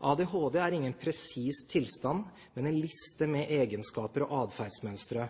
ADHD er ingen presis tilstand, men en liste med egenskaper og atferdsmønstre.